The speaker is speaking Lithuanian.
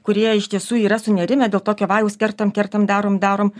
kurie iš tiesų yra sunerimę dėl tokio vajaus kertam kertam darom darom